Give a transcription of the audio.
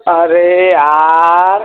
अरे यार